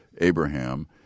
Abraham